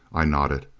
i nodded.